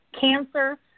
cancer